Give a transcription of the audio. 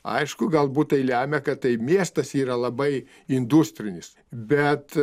aišku galbūt tai lemia kad tai miestas yra labai industrinis bet